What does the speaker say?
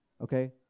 Okay